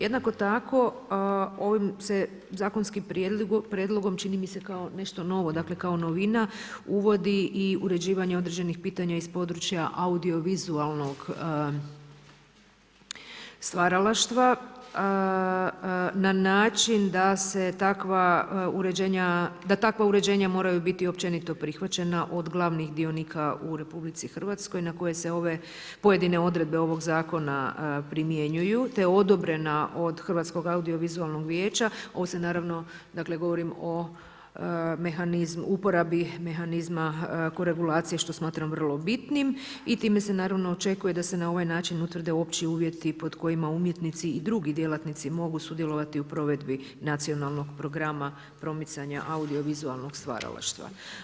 Jednako tako ovim se zakonskim prijedlogom, čini mi se kao nešto, kao novina, uvodi i uređivanje određenih pitanja iz područja audiovizualnog stvaralaštva na način da se takva uređenja, da takva uređenja moraju biti općenito prihvaćena od glavnih dionika u RH na koju se ove pojedine odredbe ovog zakona primjenjuju te odobrena od Hrvatskog audiovizualnog vijeća, ovdje govorim o uporabi mehanizma koregulacije što smatram vrlo bitnim i time se očekuje da se na ovaj način utvrde opći uvjeti pod kojima umjetnici i drugi djelatnici mogu sudjelovati u provedbi nacionalnog programa promicanja audiovizualnog stvaralaštva.